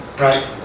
right